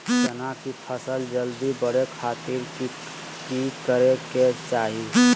चना की फसल जल्दी बड़े खातिर की करे के चाही?